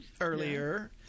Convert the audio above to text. earlier